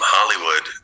Hollywood